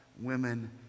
women